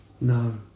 No